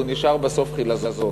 הוא נשאר בסוף חילזון